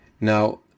Now